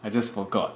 I just forgot